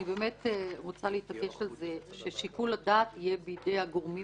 אני רוצה להתעקש על זה ששיקול הדעת יהיה בידי הגורמים